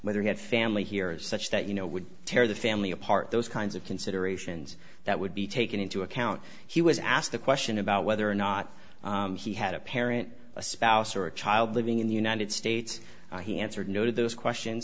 whether he had family here as such that you know would tear the family apart those kinds of considerations that would be taken into account he was asked the question about whether or not he had a parent a spouse or a child living in the united states he answered no to those questions